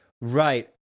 Right